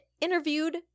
interviewed